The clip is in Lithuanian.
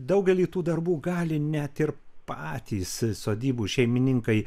daugelį tų darbų gali net ir patys sodybų šeimininkai